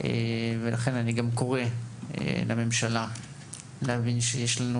כן אני גם קורא לממשלה להבין שיש לנו